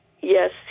Yes